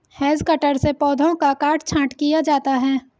hedge cutter से पौधों का काट छांट किया जाता है